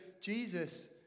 Jesus